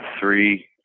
three